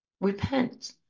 repent